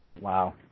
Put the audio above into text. Wow